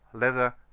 leather,